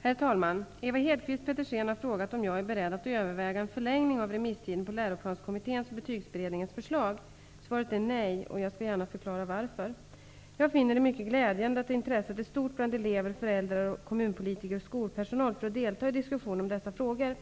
Herr talman! Ewa Hedkvist Petersen har frågat om jag är beredd att överväga en förlängning av remisstiden på Läroplanskommitténs och Svaret är nej. Jag skall gärna förklara varför. Jag finner det mycket glädjande att intresset är stort bland elever, föräldrar, kommunpolitiker och skolpersonal för att delta i diskussionen om dessa frågor.